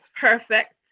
perfect